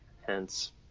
hence